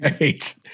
Right